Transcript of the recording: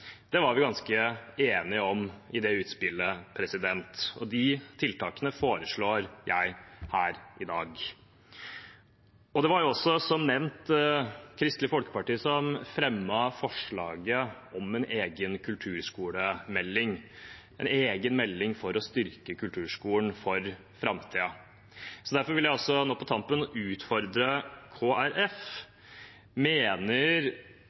Det var vi ganske enige om i det utspillet, og de tiltakene foreslår jeg her i dag. Det var også, som nevnt, Kristelig Folkeparti som fremmet forslaget om en egen kulturskolemelding, en egen melding for å styrke kulturskolen for framtiden. Derfor vil jeg nå på tampen utfordre Kristelig Folkeparti: Mener